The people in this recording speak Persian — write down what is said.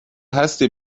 هستی